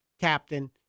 captain